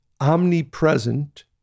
omnipresent